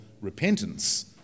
repentance